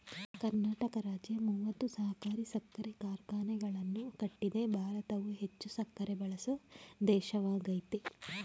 ಕರ್ನಾಟಕ ರಾಜ್ಯ ಮೂವತ್ತು ಸಹಕಾರಿ ಸಕ್ಕರೆ ಕಾರ್ಖಾನೆಗಳನ್ನು ಕಟ್ಟಿದೆ ಭಾರತವು ಹೆಚ್ಚು ಸಕ್ಕರೆ ಬಳಸೋ ದೇಶವಾಗಯ್ತೆ